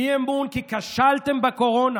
אי-אמון כי כשלתם בקורונה